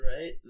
right